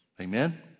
Amen